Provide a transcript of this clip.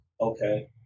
okay